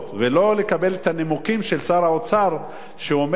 ולא לקבל את הנימוקים של שר האוצר, שאומר: